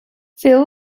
phil